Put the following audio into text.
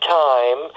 time